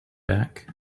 back